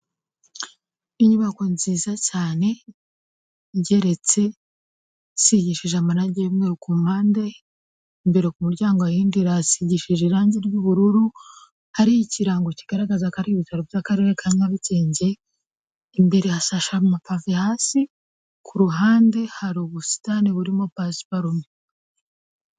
Inyubako nziza cyane Igeretse isigishije amarangi y'umweru ku mpande, imbere ku muryango ahinjira hasingishije irangi ry'ubururu, hariho ikirango kigaragaza ko ari ibitaro by'akarere ka Nyarugenge, imbere hashashe amapave hasi, ku ruhande hari ubusitani burimo pasiparume.